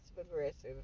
aggressive